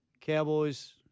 Cowboys